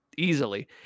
Easily